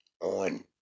on